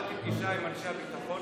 וקבעתי פגישה עם אנשי הביטחון.